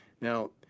Now